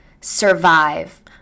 survive